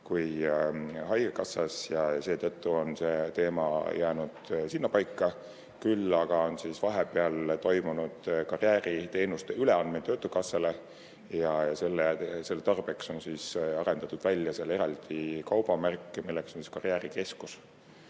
kui haigekassas ja seetõttu on see teema jäänud sinnapaika. Küll aga on vahepeal toimunud karjääriteenuste üleandmine töötukassale ja selle tarbeks on eraldi arendatud välja kaubamärk, milleks on karjäärikeskus.